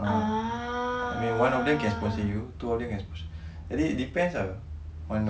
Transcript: ah one of them can sponsor you two of them can sponsor jadi it depends ah on